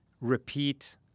Repeat